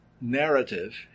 narrative